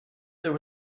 there